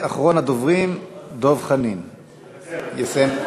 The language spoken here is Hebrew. ואחרון הדוברים, דב חנין, יסיים.